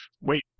wait